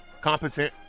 competent